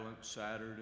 Saturday